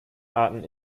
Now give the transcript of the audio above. arten